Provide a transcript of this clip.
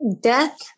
death